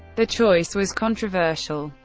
the choice was controversial,